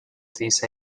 these